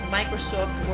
Microsoft